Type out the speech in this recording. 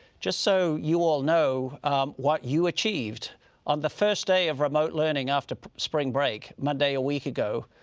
just so you all know what you achieved on the first day of remote learning after spring break, monday a week ago,